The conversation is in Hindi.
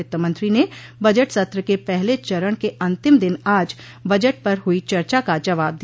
वित्त मंत्री ने बजट सत्र के पहले चरण के अंतिम दिन आज बजट पर हुई चर्चा का जवाब दिया